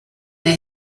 they